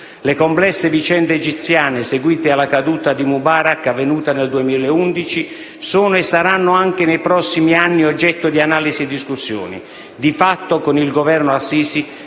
Le complesse vicende egiziane seguite alla caduta di Mubarak, avvenuta nel 2011, sono e saranno anche nei prossimi anni oggetto di analisi e discussione. Di fatto, con il Governo al-Sisi